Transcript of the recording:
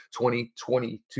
2022